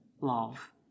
love